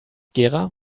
gera